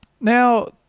Now